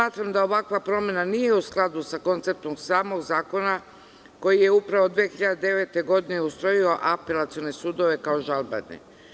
Smatram da ovakva promena nije u skladu sa konceptom samog zakona koji je upravo 2009. godine ustrojio apelacione sudove kao žalbene.